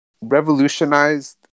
revolutionized